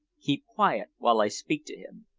keep quiet while i speak to him.